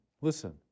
Listen